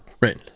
Right